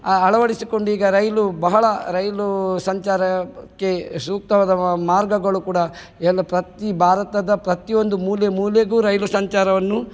ಅಳವಡಿಸಿಕೊಂಡೀಗ ರೈಲು ಬಹಳ ರೈಲೂ ಸಂಚಾರಕ್ಕೆ ಸೂಕ್ತವಾದ ಮಾರ್ಗಗಳು ಕೂಡ ಎಲ್ಲ ಪ್ರತಿ ಭಾರತದ ಪ್ರತಿಯೊಂದು ಮೂಲೆ ಮೂಲೆಗೂ ರೈಲು ಸಂಚಾರವನ್ನು